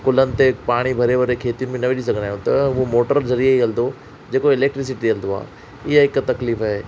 गुलनि ते पाणी भरे भरे खेतियुनि में न विझी सघंदा आहियूं त उहो मोटर ज़रिए ई हलंदो जेको इलेक्ट्रिसिटी ते हलंदो आहे इहा हिकु तकलीफ़ आहे